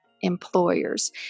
employers